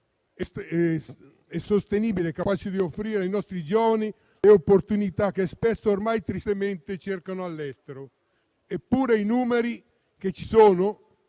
e sostenibile, capace di offrire ai nostri giovani le opportunità che spesso, ormai, tristemente cercano all'estero. Eppure, considerando